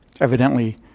Evidently